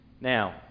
Now